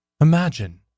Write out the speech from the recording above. Imagine